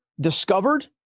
discovered